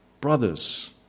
brothers